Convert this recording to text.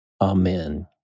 Amen